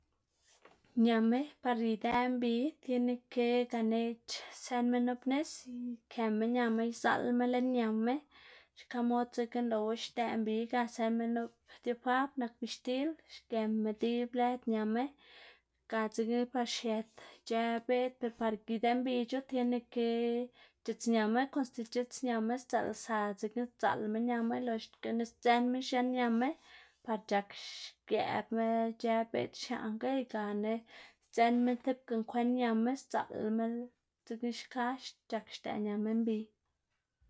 ñame par idëꞌ mbi tiene ke ganeꞌc̲h̲ sënma nup nis, këma ñana izaꞌlma lën ñane, xka mod dzekna lëꞌwu xdëꞌ mbi, ga sënma nup diafab nak bixtil xgëma dib lëd ñame, ga dzekna par xiet c̲h̲ë beꞌd ber par idëꞌ mbic̲h̲o tiene ke c̲h̲idzñama kon stib c̲h̲idzñama dzaꞌl- lsa dzekna sdzaꞌlma ñana loxgana sdzënma x̱aꞌn ñama par c̲h̲ak xgëꞌbma c̲h̲ë beꞌd xiaꞌnga y gana sdzënma tibga nkwen ñama sdzaꞌlma dzekna xka c̲h̲ak xdëꞌ ñama mbi.